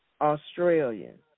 Australian